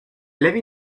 l’avis